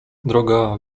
droga